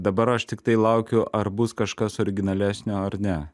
dabar aš tiktai laukiu ar bus kažkas originalesnio ar ne